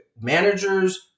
managers